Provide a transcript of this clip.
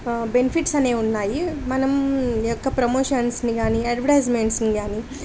benefits అనేవి ఉన్నాయి మనం యొక్క ప్రమోషన్స్ని కానీ అడ్వర్టైజ్మెంట్స్ని కానీ